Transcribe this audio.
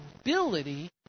ability